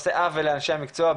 עושה עוול לאנשי המקצוע.